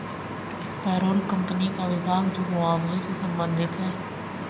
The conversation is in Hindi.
पेरोल कंपनी का विभाग जो मुआवजे से संबंधित है